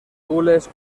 gules